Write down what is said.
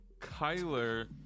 Kyler